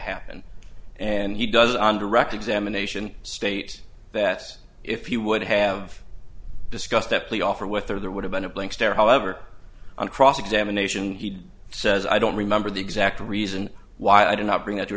happen and he does on direct examination state that if you would have discussed epley offer with her there would have been a blank stare however on cross examination he says i don't remember the exact reason why i did not bring up your